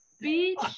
beach